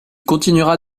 continuera